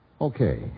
Okay